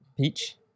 Peach